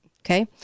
Okay